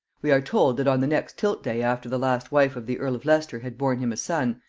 we are told that on the next tilt-day after the last wife of the earl of leicester had borne him a son,